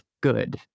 good